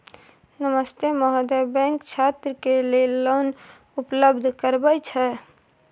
नमस्ते महोदय, बैंक छात्र के लेल लोन उपलब्ध करबे छै?